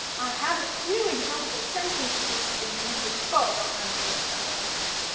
have a few example sentences for you to spot adverbs of place.